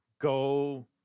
go